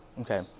Okay